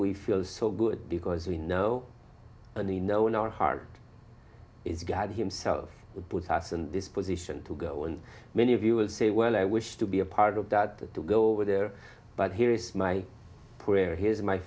we feel so good because we know and he know in our heart is god himself that put us in this position to go and many of you will say well i wish to be a part of that to go over there but here is my prayer here's my